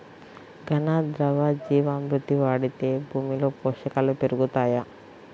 ఘన, ద్రవ జీవా మృతి వాడితే భూమిలో పోషకాలు పెరుగుతాయా?